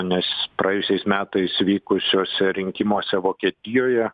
nes praėjusiais metais vykusiuose rinkimuose vokietijoje